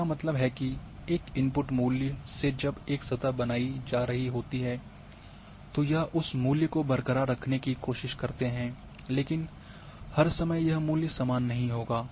इसका मतलब है कि एक इनपुट मूल्य से जब एक सतह बनाई जा रही होती है तो यह उस मूल्य को बरकरार रखने की कोशिश करते है लेकिन हर समय यह मूल्य समान नहीं होगा